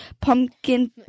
pumpkin